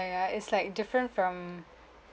ya it's like different from